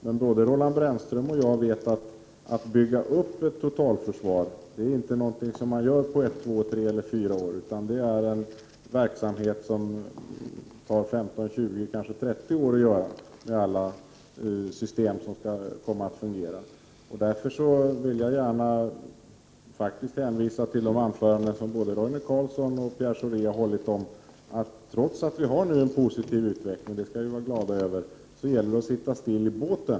Men både Roland Brännström och jag vet att man inte bygger upp ett totalförsvar på några år, utan det är en verksamhet som tar 15, 20, kanske 30 år att genomföra om alla system skall fungera. Därför vill jag faktiskt hänvisa till det som såväl Roine Carlsson som Pierre Schori har sagt, nämligen att trots att utvecklingen är positiv — vilket vi skall vara glada över — så gäller det att sitta stilla i båten.